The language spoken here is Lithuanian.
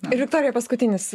ir viktorija paskutinis